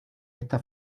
esta